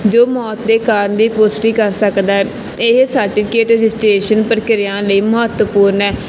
ਜੋ ਮੌਤ ਦੇ ਕਾਰਨ ਦੀ ਪੁਸ਼ਟੀ ਕਰ ਸਕਦਾ ਹੈ ਇਹ ਸਰਟੀਫਿਕੇਟ ਰਜਿਸਟਰੇਸ਼ਨ ਪ੍ਰਕਿਰਿਆ ਲਈ ਮਹੱਤਵਪੂਰਨ ਹੈ